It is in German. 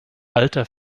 alter